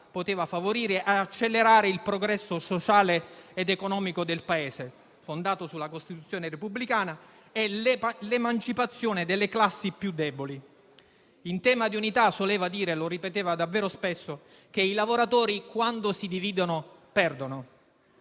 e accelerare il progresso sociale ed economico del Paese, fondato sulla Costituzione repubblicana, e l'emancipazione delle classi più deboli. In tema di unità soleva dire - lo ripeteva davvero spesso - che i lavoratori, quando si dividono, perdono.